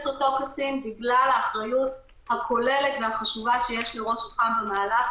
אותו קצין בגלל האחריות הכוללת והחשובה שיש לראש אח"ק במהלך.